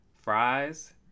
Fries